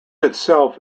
itself